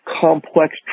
complex